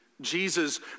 Jesus